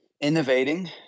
innovating